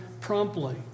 promptly